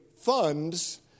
funds